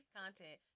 content